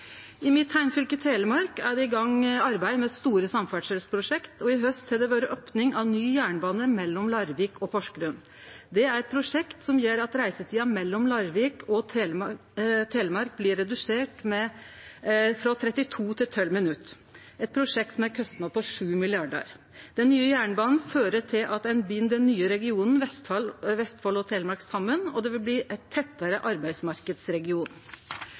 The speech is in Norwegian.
I mitt heimfylke, Telemark, er arbeid med store samferdselsprosjekt i gang, og i haust har det vore opning av ny jernbane mellom Larvik og Porsgrunn. Det er eit prosjekt som gjer at reisetida mellom Larvik og Telemark blir redusert frå 32 til 12 minutt, eit prosjekt som har ein kostnad på 7 mrd. kr. Den nye jernbanen fører til at ein bind den nye regionen Vestfold og Telemark saman, og det vil bli ein tettare